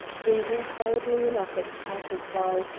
gazing quietly enough at the passers-by,